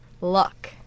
Luck